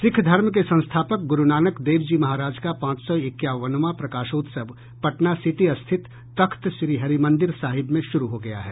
सिख धर्म के संस्थापक गुरूनानक देव जी महाराज का पांच सौ इक्यावनवां प्रकाशोत्सव पटनासिटी स्थित तख्त श्रीहरिमंदिर साहिब में शुरू हो गया है